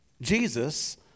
Jesus